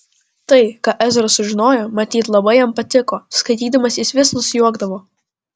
tai ką ezra sužinojo matyt labai jam patiko skaitydamas jis vis nusijuokdavo